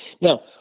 Now